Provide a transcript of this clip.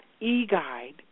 e-guide